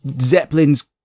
zeppelins